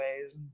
ways